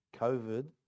COVID